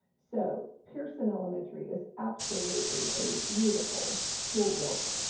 so pearson elementary is absolutely a beautiful school building.